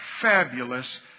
fabulous